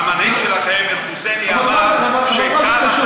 והמנהיג שלכם אל-חוסייני אמר, אבל מה זה קשור?